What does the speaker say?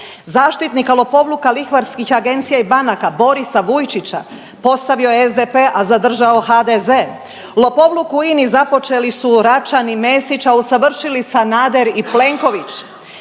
Zaštitnika lopovluka lihvarskih agencija i banaka Borisa Vujčića postavio je SDP a zadržao HDZ, lopovluk u INA-i započeli su Račan i Mesić, a usavršili Sanader i Plenković,